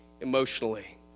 emotionally